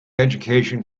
education